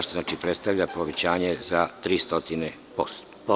Što znači da predstavlja povećanje za 300%